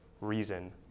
reason